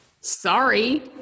Sorry